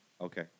Okay